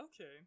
okay